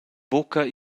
buca